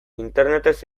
internetez